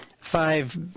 five